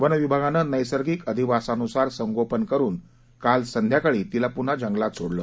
one विभागानं नैसर्गिक अधिवासानुसार संगोपन करून काल संध्याकाळी तिला पुन्हा जंगलात सोडलं